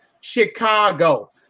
Chicago